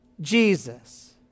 Jesus